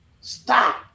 Stop